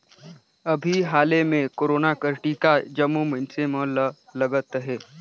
अभीं हाले में कोरोना कर टीका जम्मो मइनसे मन ल लगत अहे